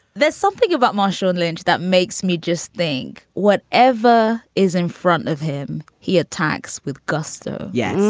there's something about marshawn lynch that makes me just think what ever is in front of him. he attacks with gusto. yes.